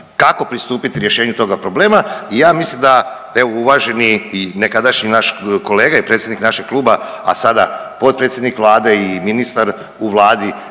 kako pristupiti rješenju toga problema i ja mislim da evo uvaženi i nekadašnji naš kolega i predsjednik našeg kluba, a sada potpredsjednik Vlade i ministar u Vladi